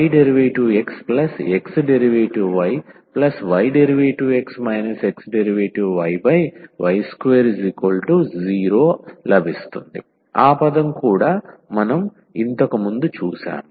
⟹ydxxdyydx xdyy20 ఆ పదం కూడా మనం ఇంతకు ముందు చూశాము